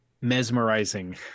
mesmerizing